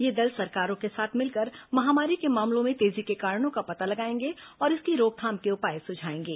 ये दल सरकारों के साथ मिलकर महामारी के मामलों में तेजी के कारणों का पता लगाएंगे और इसकी रोकथाम के उपाय सुझाएंगे